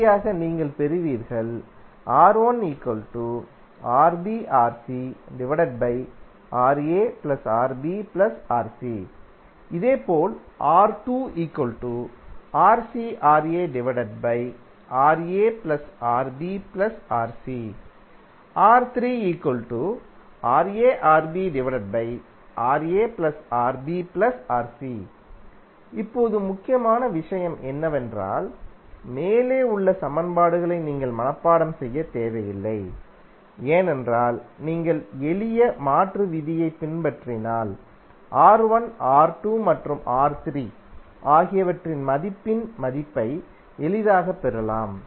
இறுதியாக நீங்கள் பெறுவீர்கள் இதேபோல் இப்போது முக்கியமான விஷயம் என்னவென்றால் மேலே உள்ள சமன்பாடுகளை நீங்கள் மனப்பாடம் செய்யத் தேவையில்லை ஏனென்றால் நீங்கள் எளிய மாற்று விதியைப் பின்பற்றினால் R1 R2 மற்றும் R3 ஆகியவற்றின் மதிப்பின் மதிப்பை எளிதாகப் பெறலாம்